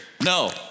No